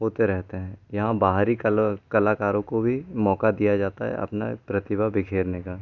होते रहते हैं यहाँ बाहरी कला कला कलाकारों को भी मौका दिया जाता है अपना प्रतिभा बिखरने का